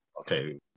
okay